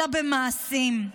אלא במעשים.